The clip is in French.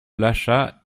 lâcha